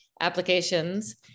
applications